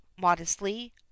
modestly